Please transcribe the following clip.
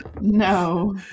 No